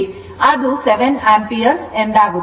ಆದ್ದರಿಂದ ಅದು 7 ಆಂಪಿಯರ್ ಎಂದಾಗುತ್ತದೆ